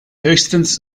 höchstens